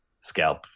scalp